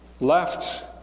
left